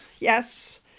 Yes